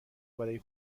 برای